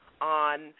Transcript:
on